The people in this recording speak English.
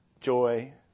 joy